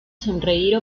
sonreír